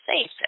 safe